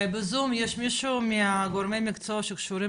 בזום יש מישהו מגורמי המקצוע שקשורים